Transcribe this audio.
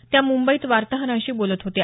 त्या मुंबईत वार्ताहरांशी बोलत होत्या